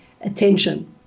attention